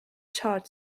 charge